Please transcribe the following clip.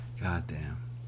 Goddamn